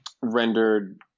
rendered